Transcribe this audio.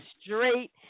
straight